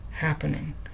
happening